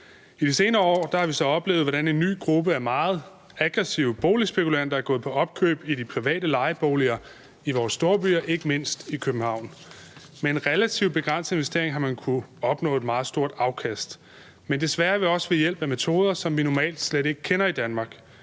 I de senere år har vi så oplevet, hvordan en ny gruppe af meget aggressive boligspekulanter er gået på opkøb i de private lejeboliger i vores storbyer, ikke mindst i København. Med en relativt begrænset investering har man kunnet opnå et meget stort afkast, men desværre også ved hjælp af metoder, som vi normalt slet ikke kender i Danmark: